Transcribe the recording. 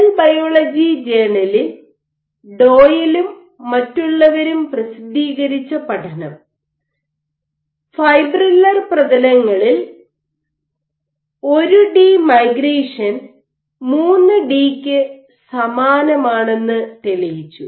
cell biology ജേണലിൽ Doyle ഉം മറ്റുള്ളവരും പ്രസിദ്ധീകരിച്ച പഠനം ഫൈബ്രില്ലർ പ്രതലങ്ങളിൽ 1 ഡി മൈഗ്രേഷൻ 3 ഡിക്ക് സമാനമാണെന്ന് തെളിയിച്ചു